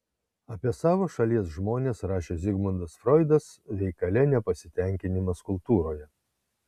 apie savo šalies žmones rašė zigmundas froidas veikale nepasitenkinimas kultūroje